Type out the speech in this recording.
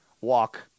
Walk